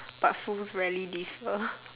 but fools rarely differ